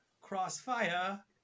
crossfire